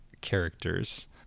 characters